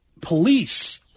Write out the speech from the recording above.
police